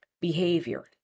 behavior